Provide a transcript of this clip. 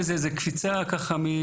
כאילו שזו רק קפיצה קטנה.